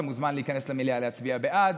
אתה מוזמן להיכנס למליאה להצביע בעד,